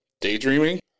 Daydreaming